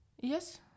Yes